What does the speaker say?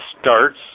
starts